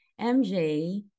MJ